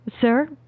Sir